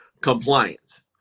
compliance